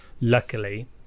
luckily